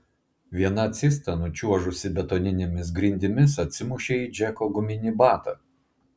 viena cista nučiuožusi betoninėmis grindimis atsimušė į džeko guminį batą